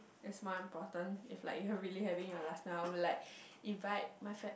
is more important if like you're really having your last meal I would like invite my fa~